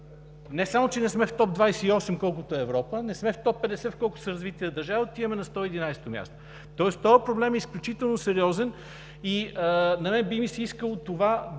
Не само че не сме в топ 28, колкото е Европа, не сме в топ 50, колкото са развитите държави, отиваме на 111-то място. Този проблем е изключително сериозен и на мен би ми се искало това не